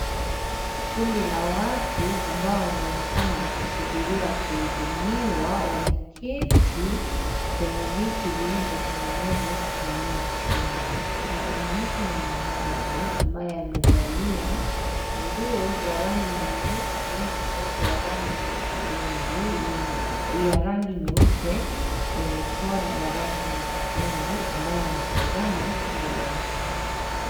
Kundi la watu ambao wanaonekana wakisubiria kuhudumiwa wameketi kwenye viti vilivyotengenezwa kutumia chuma. Kuna mwanamke mmoja ambaye amevalia nguo za nyeusi na shati ya rangi nyeupe yenye kola ya rangi nyekundu ambaye anatazama kundi la watu hawa.